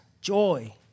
joy